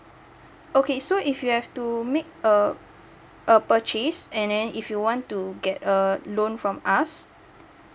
okay so if you have to make a a purchase and then if you want to get a loan from us